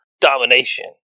domination